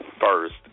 first